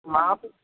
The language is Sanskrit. मा अपि